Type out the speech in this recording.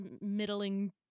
middling